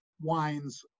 Wines